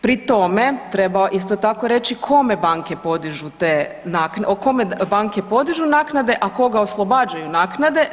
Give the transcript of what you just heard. Pri tome treba isto tako reći kome banke podižu te naknade, kome banke podižu naknade, a koga oslobađaju naknade.